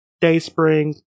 Dayspring